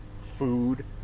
food